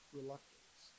reluctance